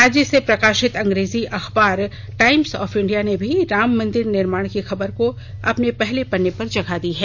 राज्य से प्रकाशित अंग्रेजी अखबार टाइम्स ऑफ इंडिया ने भी राम मंदिर निर्माण की खबर को अपने पहले पन्ने पर जगह दी है